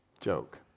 joke